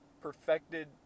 perfected